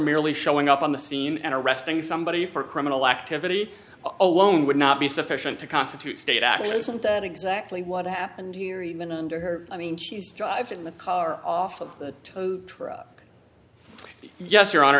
merely showing up on the scene and arresting somebody for criminal activity alone would not be sufficient to constitute state action isn't that exactly what happened here even under her i mean she's driving the car off of the truck yes your hon